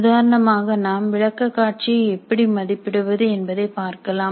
உதாரணமாக நாம் விளக்க காட்சியை எப்படி மதிப்பிடுவது என்பதை பார்க்கலாம்